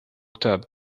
tub